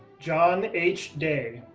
john h day,